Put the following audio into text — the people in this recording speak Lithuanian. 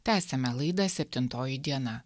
tęsiame laidą septintoji diena